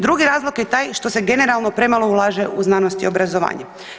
Drugi razlog je taj što se generalno premalo ulaže u znanost i obrazovanje.